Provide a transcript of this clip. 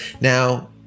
Now